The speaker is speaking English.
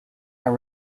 are